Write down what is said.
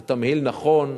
זה תמהיל נכון.